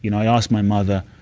you know i asked my mother.